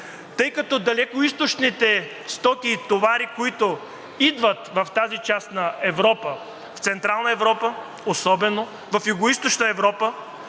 Тъй като далекоизточните стоки и товари, които идват в тази част на Европа, в Централна Европа особено, в Югоизточна Европа,